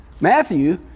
Matthew